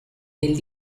del